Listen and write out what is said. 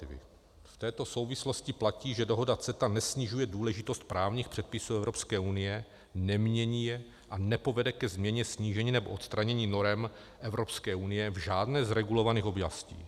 V této souvislostí platí, že dohoda CETA nesnižuje důležitost právních předpisů Evropské unie, nemění je a nepovede ke změně, snížení nebo odstranění norem Evropské unie v žádné z regulovaných oblastí.